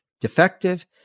defective